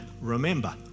remember